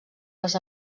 les